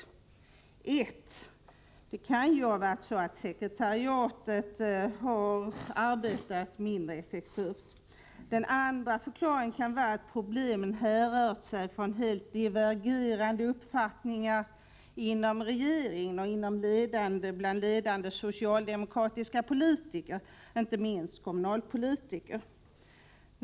För det första kan det ha varit så att sekretariatet har arbetat mindre effektivt. För det andra kan problemen härröra från helt divergerande uppfattningar inom regeringen och bland ledande socialdemokratiska politiker, inte minst kommunalpolitiker.